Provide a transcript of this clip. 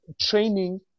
training